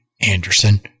Anderson